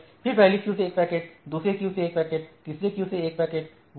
फिर पहली क्यू से एक पैकेट्स दूसरी क्यू से एक पैकेट्स तीसरी क्यू से एक पैकेट्स